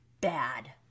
bad